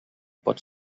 pot